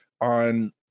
on